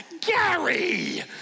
Gary